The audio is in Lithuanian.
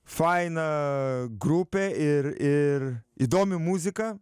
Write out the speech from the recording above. faina grupė ir ir įdomi muzika